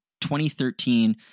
2013